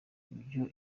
ibyo